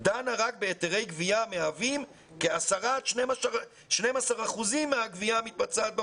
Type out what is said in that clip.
דנה רק בהיתרי גבייה המהווים כ-10 עד 12 אחוזים מהגבייה המתבצעת בפועל".